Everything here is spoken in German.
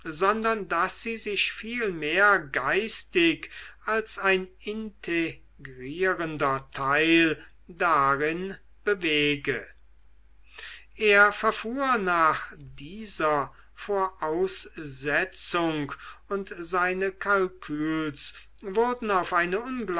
sondern daß sie sich vielmehr geistig als ein integrierender teil darin bewege er verfuhr nach dieser voraussetzung und seine calculs wurden auf eine